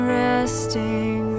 resting